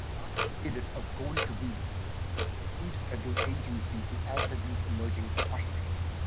august made it a goal to be the bead federal agency to answer these emerging questions.